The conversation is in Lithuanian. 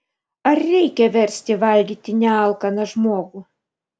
ar reikia versti valgyti nealkaną žmogų